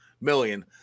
million